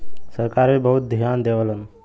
सरकार भी बहुत धियान देवलन